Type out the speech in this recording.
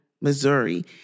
Missouri